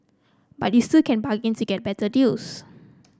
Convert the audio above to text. but you still can bargain to get better deals